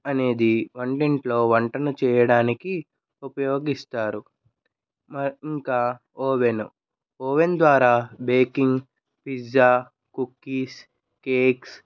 అనేది వంటింట్లో వంటను చేయడానికి ఉపయోగిస్తారు మ ఇంకా ఓవెను ఓవెన్ ద్వారా బేకింగ్ పిజ్జా కుక్కీస్ కేక్స్